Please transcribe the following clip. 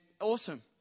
awesome